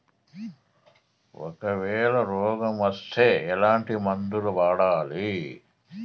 ఒకవేల రోగం వస్తే ఎట్లాంటి మందులు వాడాలి?